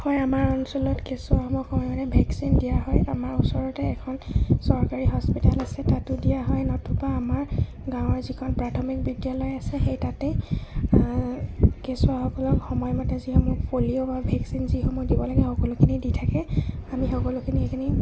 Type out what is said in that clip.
হয় আমাৰ অঞ্চলত কেঁচুৱাসমূহ সময়মতে ভেকচিন দিয়া হয় আমাৰ ওচৰতে এখন চৰকাৰী হস্পিতেল আছে তাতো দিয়া হয় নতুবা আমাৰ গাঁৱৰ যিখন প্ৰাথমিক বিদ্যালয় আছে সেই তাতেই কেঁচুৱাসকলক সময়মতে যিসমূহ পলিঅ' বা ভেকচিন যিসমূহ দিব লাগে সকলোখিনি দি থাকে আমি সকলোখিনি এইখিনি